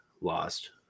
lost